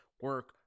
Work